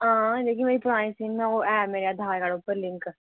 हां जेह्की मेरी परानी सिम ऐ ओह् ऐ मेरे आधार कार्ड उप्पर लिंक